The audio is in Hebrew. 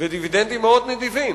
ודיבידנדים מאוד נדיבים.